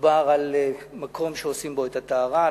מדובר על מקום שעושים בו את הטהרה,